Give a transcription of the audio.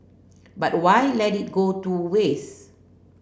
but why let it go to waste